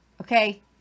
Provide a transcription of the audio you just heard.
Okay